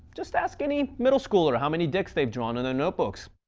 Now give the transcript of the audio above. just ask any middle schooler how many dicks they've drawn in their notebooks.